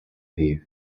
хийв